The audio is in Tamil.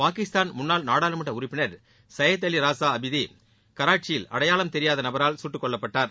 பாகிஸ்தான் முன்னாள் நாடாளுமன்ற உறுப்பினர் சையத் அவி ராஸா அபிதி கராச்சியில் மர்ம நபரால் சுட்டுக் கொல்லப்பட்டார்